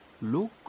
Look